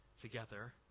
together